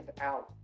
out